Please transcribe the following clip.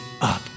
up